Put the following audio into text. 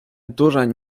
dureń